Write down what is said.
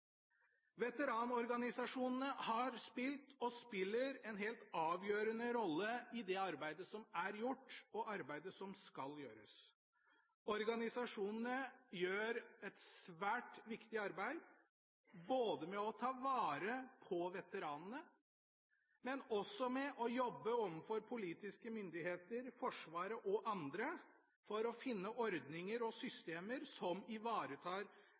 Veteranorganisasjonene har spilt og spiller en helt avgjørende rolle i det arbeidet som er gjort, og som skal gjøres. Organisasjonene gjør et svært viktig arbeid både ved å ta vare på veteranene og også ved å jobbe overfor politiske myndigheter, Forsvaret og andre for å finne ordninger og systemer som ivaretar